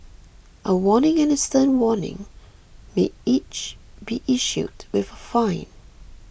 a warning and a stern warning may each be issued with a fine